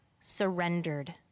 surrendered